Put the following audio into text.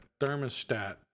thermostat